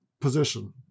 position